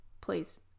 please